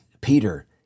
Peter